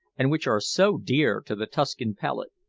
and which are so dear to the tuscan palate.